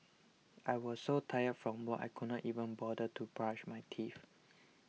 I was so tired from work I could not even bother to brush my teeth